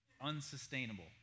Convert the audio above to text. unsustainable